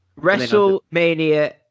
WrestleMania